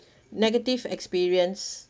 negative experience